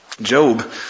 Job